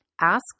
Ask